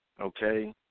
Okay